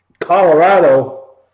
Colorado